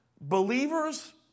Believers